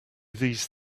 these